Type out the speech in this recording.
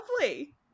lovely